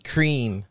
Cream